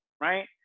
right